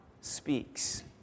speaks